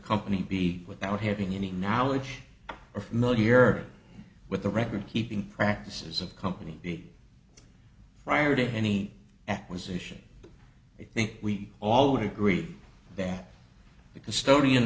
company b without having any knowledge or familiar with the record keeping practices of company b prior to any acquisition i think we all would agree that the custodian